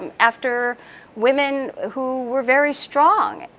um after women who were very strong.